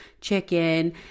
chicken